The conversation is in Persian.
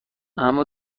اما